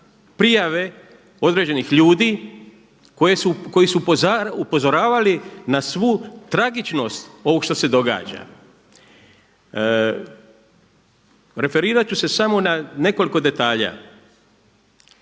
prijave određenih ljudi koje su upozoravali na svu tragičnost ovog što se događa. Referirat ću se samo na nekoliko detalja.